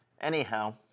Anyhow